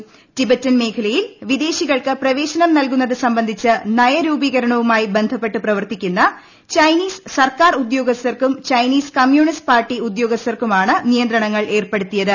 ക്കി പ്പ് ടിബറ്റൻ മേഖലയിൽ വിദേശികൾക്ക് പ്രവേശനും നൽകുന്നത് സംബന്ധിച്ച് നയരൂപീകരണവുമായി ബ്സൂപ്പെട്ട് പ്രവർത്തിക്കുന്ന ചൈനീസ് സർക്കാർ ഉദ്യോഗസ്ഥിൻക്കും ചൈനീസ് കമ്മ്യൂണിസ്റ്റ് പാർട്ടി ഉദ്യോഗസ്ഥർക്കുമാണ് നീ്യന്ത്രണങ്ങൾ ഏർപ്പെടുത്തിയത്